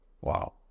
Wow